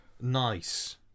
Nice